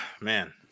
Man